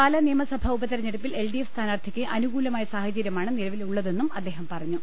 പാലാ നിയമസഭാ ഉപതെരഞ്ഞെടുപ്പിൽ എൽഡിഎഫ് സ്ഥാനാർത്ഥിക്ക് അനുകൂലമായ സാഹചര്യമാണ്ട് നിലവിലുള്ള തെന്നും അദ്ദേഹം പറഞ്ഞു